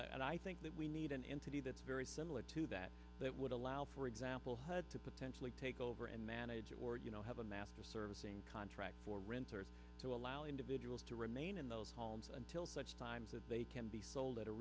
d and i think that we need an entity that's very similar to that that would allow for example to potentially take over and manage or you know have a master servicing contract for rents or to allow individuals to remain in those homes until such time that they can be sold at a